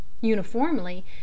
uniformly